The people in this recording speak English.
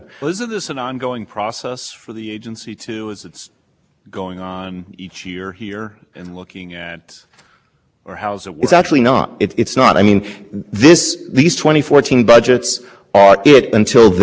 the supreme court indorsed e p a s cost base approach to determining up when states significant contributions to their downwind neighbors air quality problems e p a s emissions reductions required by the transport rule